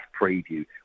preview